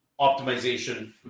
optimization